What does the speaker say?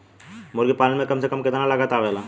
मुर्गी पालन में कम से कम कितना लागत आवेला?